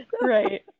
Right